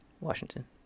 Washington